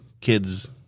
kids